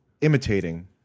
imitating